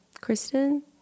Kristen